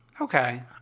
Okay